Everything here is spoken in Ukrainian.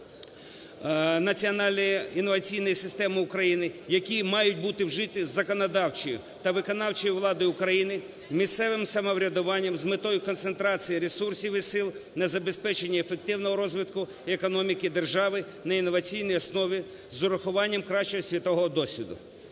національної інноваційної системи України, які мають бути вжиті законодавчою та виконавчою владою України, місцевим самоврядуванням з метою концентрації ресурсів і сил на забезпечення ефективного розвитку економіки держави на інноваційній основі з урахуванням кращого світового досвіду.